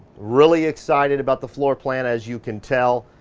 really excited about the floor plan as you can tell,